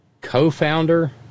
co-founder